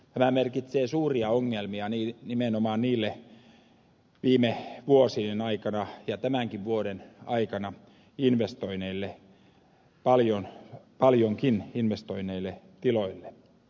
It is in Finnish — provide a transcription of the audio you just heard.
tämä merkitsee suuria ongelmia nimenomaan viime vuosien aikana ja tämänkin vuoden aikana investoineille paljonkin investoineille tiloille